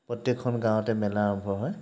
প্ৰত্য়েকখন গাঁৱতে মেলা আৰম্ভ হয়